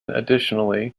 additionally